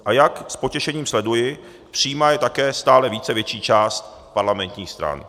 A jak s potěšením sleduji, přijímá je také stále více větší část parlamentních stran.